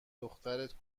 دخترت